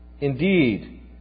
indeed